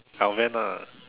ya van ah